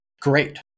great